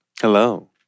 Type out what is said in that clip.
Hello